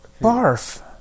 Barf